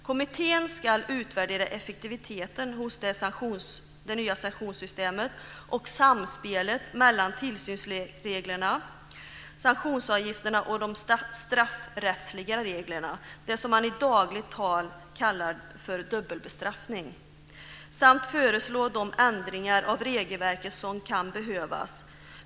Kommittén ska utvärdera effektiviteten i det nya sanktionssystemet och samspelet mellan tillsynsreglerna, sanktionsavgifterna och de straffrättsliga reglerna - det som man i dagligt tal kallar för dubbelbestraffning - samt föreslå de ändringar av regelverket som kan behövas.